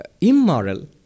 immoral